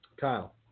Kyle